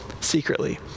secretly